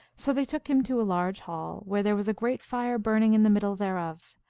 so they took him to a large hall, where there was a great fire burning in the middle thereof.